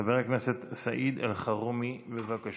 חבר הכנסת סעיד אלחרומי, בבקשה.